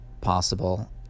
possible